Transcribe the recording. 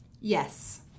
Yes